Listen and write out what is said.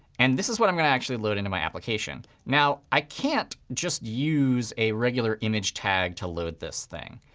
and this is what i'm going to actually load into my application. now, i can't just use a regular image tag to load this thing.